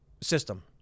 system